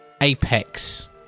Apex